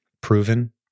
Proven